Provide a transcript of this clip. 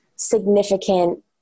significant